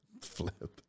Flip